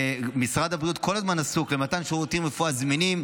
שמשרד הבריאות כל הזמן עסוק במתן שירותי רפואה זמינים,